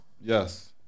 Yes